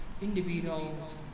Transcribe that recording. individuals